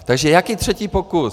Takže jaký třetí pokus?